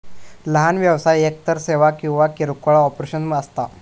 लहान व्यवसाय एकतर सेवा किंवा किरकोळ ऑपरेशन्स असता